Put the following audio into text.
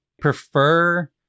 prefer